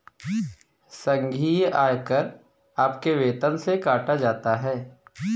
संघीय आयकर आपके वेतन से काटा जाता हैं